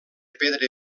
pedra